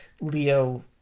Leo